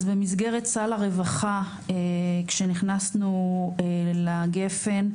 אז במסגרת סל הרווחה, כשנכנסנו לגפן,